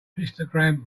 histogram